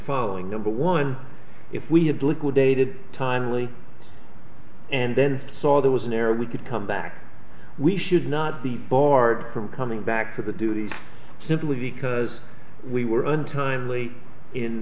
following number one if we had liquidated timely and then saw there was an error we could come back we should not be barred from coming back to the duties simply because we were on time